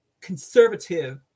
conservative